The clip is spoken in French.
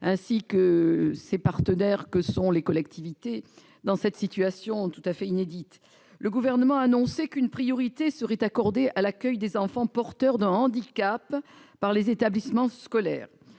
ainsi que par les partenaires de celle-ci que sont les collectivités, dans cette situation tout à fait inédite. Le Gouvernement a annoncé qu'une priorité serait accordée à l'accueil des enfants porteurs d'un handicap par les établissements scolaires.